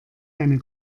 eine